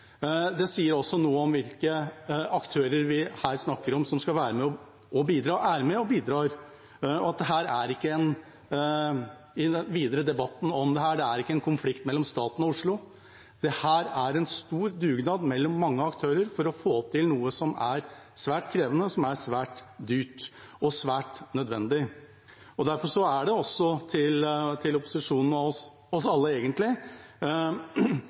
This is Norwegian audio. Det sier også noe om hvilke aktører vi her snakker om, som er med og bidrar. Den videre debatten om dette er ikke en konflikt mellom staten og Oslo. Dette er en stor dugnad mellom mange aktører for å få til noe som er svært krevende, svært dyrt og svært nødvendig. Derfor er det – til opposisjonen og egentlig oss alle